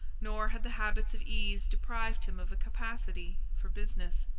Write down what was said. nor had the habits of ease deprived him of a capacity for business.